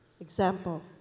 Example